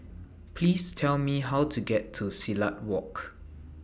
Please Tell Me How to get to Silat Walk